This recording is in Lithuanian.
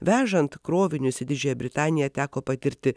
vežant krovinius į didžiąją britaniją teko patirti